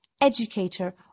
educator